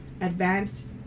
advanced